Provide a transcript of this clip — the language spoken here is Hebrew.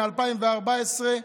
מ-2014,